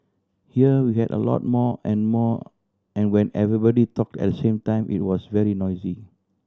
here we had a lot more and more and when everybody talked at the same time it was very noisy